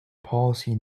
policy